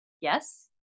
Yes